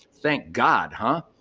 thank god, huh?